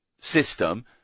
system